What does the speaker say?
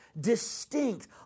distinct